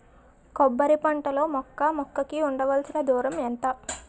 కొబ్బరి పంట లో మొక్క మొక్క కి ఉండవలసిన దూరం ఎంత